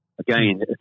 Again